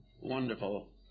wonderful